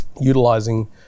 utilizing